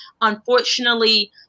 unfortunately